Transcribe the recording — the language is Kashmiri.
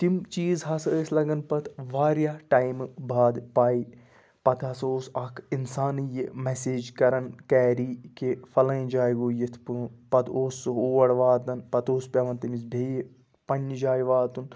تِم چیٖز ہَسا ٲسۍ لَگان پَتہٕ واریاہ ٹایمہٕ بعد پَے پَتہٕ ہَسا اوس اَکھ اِنسانٕے یہِ مٮ۪سیج کَران کیری کہِ فَلٲنۍ جاے گوٚو یِتھ پٲ پَتہٕ اوس سُہ اور واتان پَتہٕ اوس پٮ۪وان تٔمِس بیٚیہِ پنٛنہِ جایہِ واتُن